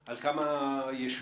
מדובר.